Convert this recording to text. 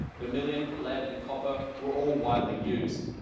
vermillion, lead, and copper were all widely used.